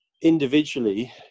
individually